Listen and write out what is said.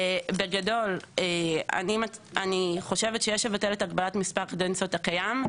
בגדול אני חושבת שיש לבטל את הגבלת מספר הקדנציות הקיים,